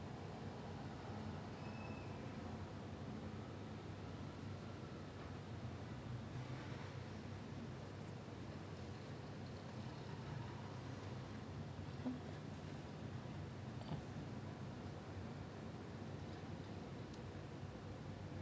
ya so like in that situation I will just tell her like ஆமா:aamaa like sorry lah but today I went and drink then she was like !wah! like I err you are not supposed to drink you know that right like it it's against our culture it's against everything we stand for then I'm like sorry மா:maa I just wanted to try because I felt like since everyone was doing it I want to do it then she அன்னைக்கு:annaikku what my mum told me just sticks with me until today ah she was like